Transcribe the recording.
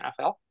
NFL